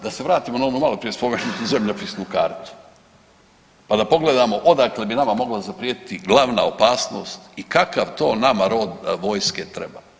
Da se vratimo na onu maloprije spomenutu zemljopisnu kartu, pa da pogledamo odakle bi nama mogla zaprijeti glavna opasnost i kakav to nama rod vojske treba.